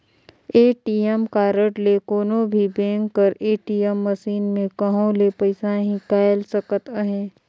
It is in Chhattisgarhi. ए.टी.एम कारड ले कोनो भी बेंक कर ए.टी.एम मसीन में कहों ले पइसा हिंकाएल सकत अहे